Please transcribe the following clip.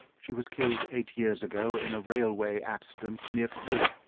she was killed eight years ago in a railway accident near crewe.